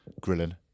grilling